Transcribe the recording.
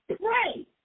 pray